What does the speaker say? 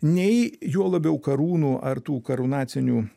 nei juo labiau karūnų ar tų karūnacinių